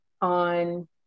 on